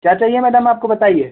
क्या चाहिए मैडम आपको बताइए